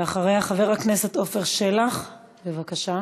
חבר הכנסת עפר שלח, בבקשה.